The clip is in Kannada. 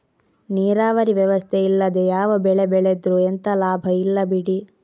ನೀರಾವರಿ ವ್ಯವಸ್ಥೆ ಇಲ್ಲದೆ ಯಾವ ಬೆಳೆ ಬೆಳೆದ್ರೂ ಎಂತ ಲಾಭ ಇಲ್ಲ ಬಿಡಿ